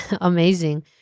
Amazing